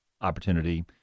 opportunity